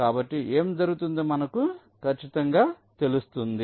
కాబట్టి ఏమి జరుగుతుందో మనకు ఖచ్చితంగా తెలుస్తుంది